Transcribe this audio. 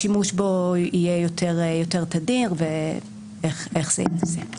השימוש בו יהיה יותר תדיר, ואיך זה יתבצע?